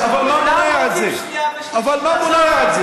אבל מה מונע את זה?